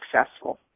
successful